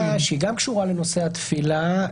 שהיא גם קשורה לנושא התפילה,